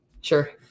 Sure